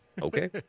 Okay